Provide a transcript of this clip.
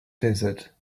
desert